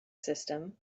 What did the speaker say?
system